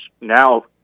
now